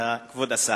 כבוד השר.